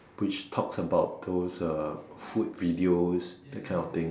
which talks about those uh food videos that kind of thing